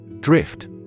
Drift